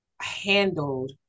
handled